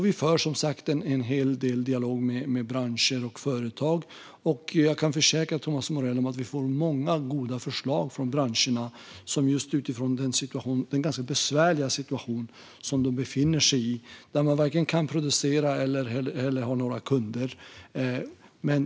Vi för, som sagt, en hel del dialog med branscher och företag, och jag kan försäkra Thomas Morell om att vi får många goda förslag från branscherna just utifrån den ganska besvärliga situation företagen befinner sig i, där de varken kan producera eller har några kunder.